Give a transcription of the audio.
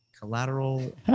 collateral